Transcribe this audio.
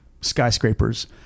skyscrapers